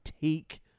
take